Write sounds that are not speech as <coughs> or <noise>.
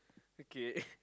okay <coughs>